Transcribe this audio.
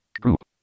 Group